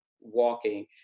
walking